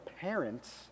parents